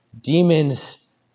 demons